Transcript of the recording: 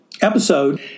episode